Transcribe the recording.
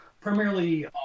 primarily